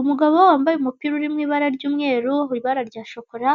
Umugabo wambaye umupira irimo ibara ry'umweru ibara rya shokora